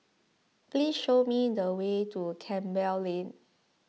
please show me the way to Campbell Lane